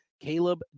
Caleb